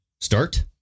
start